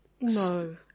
No